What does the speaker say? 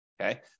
okay